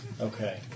Okay